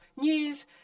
news